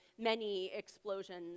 many-explosions